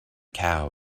cow